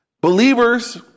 Believers